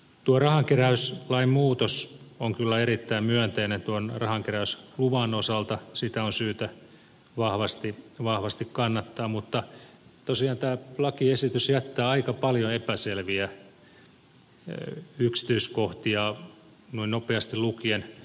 tuo rahankeräyslain muutos on kyllä erittäin myönteinen rahankeräysluvan osalta sitä on syytä vahvasti kannattaa mutta tosiaan tämä lakiesitys jättää aika paljon epäselviä yksityiskohtia noin nopeasti lukien